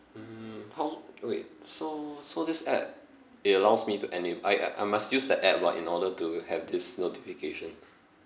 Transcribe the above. mm how okay so so this app it allows me to enab~ I I I must use the app lah in order to have this notification